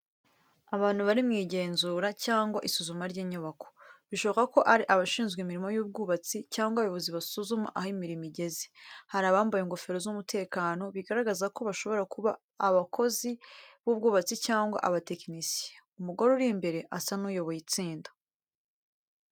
Abantu bari mu igenzura cyangwa isuzuma ry’inyubako, bishoboka ko ari abashinzwe imirimo y’ubwubatsi cyangwa abayobozi basuzuma aho imirimo igeze. Hari abambaye ingofero z’umutekano bigaragaza ko bashobora kuba abakozi b’ubwubatsi cyangwa abatekinisiye. Umugore uri imbere asa n’uyoboye itsinda.